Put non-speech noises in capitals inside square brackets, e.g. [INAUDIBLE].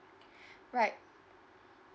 [BREATH] right